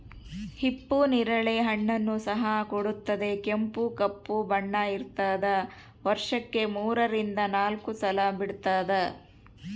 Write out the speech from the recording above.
ಹಿಪ್ಪು ನೇರಳೆ ಹಣ್ಣನ್ನು ಸಹ ಕೊಡುತ್ತದೆ ಕೆಂಪು ಕಪ್ಪು ಬಣ್ಣ ಇರ್ತಾದ ವರ್ಷಕ್ಕೆ ಮೂರರಿಂದ ನಾಲ್ಕು ಸಲ ಬಿಡ್ತಾದ